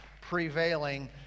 prevailing